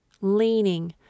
leaning